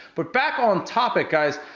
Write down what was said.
but, back on topic, guys,